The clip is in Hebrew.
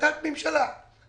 בהחלטת ממשלה 4798,